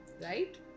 right